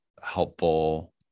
helpful